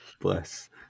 Bless